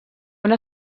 una